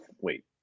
Wait